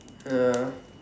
ya